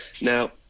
Now